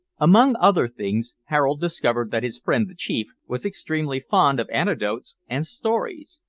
among other things harold discovered that his friend the chief was extremely fond of anecdotes and stories.